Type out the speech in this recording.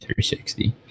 360